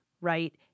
Right